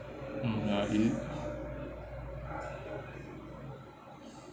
mm uh is it